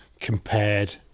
compared